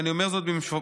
ואני אומר זאת במפורש,